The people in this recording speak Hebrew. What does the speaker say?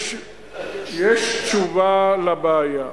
יש תשובה לבעיה,